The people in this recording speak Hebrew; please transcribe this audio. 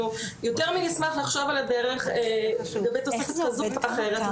יותר מנשמח לחשוב על הדרך להעלות שכר.